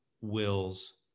wills